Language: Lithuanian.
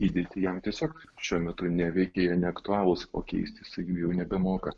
įdėti jam tiesiog šiuo metu neveikia jie neaktualūs o keisti jisai jau nebemoka